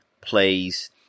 plays